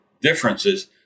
differences